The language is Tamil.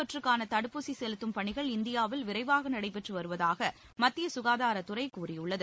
தொற்றுக்கான தடுப்பூசி செலுத்தும் பணிகள் இந்தியாவில் விரைவாக நடைபெற்று கோவிட் வருவதாக மத்திய சுகாதாரத்துறை கூறியுள்ளது